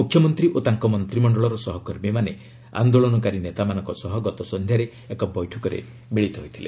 ମୁଖ୍ୟମନ୍ତ୍ରୀ ଓ ତାଙ୍କ ମନ୍ତିମଣ୍ଡଳର ସହକର୍ମୀମାନେ ଆନ୍ଦୋଳନକାରୀ ନେତାମାନଙ୍କ ସହ ଗତ ସଂଧ୍ୟାରେ ଏକ ବୈଠକରେ ମିଳିତ ହୋଇଥିଲେ